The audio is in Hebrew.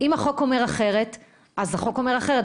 אם החוק אומר אחרת - אז החוק אומר אחרת,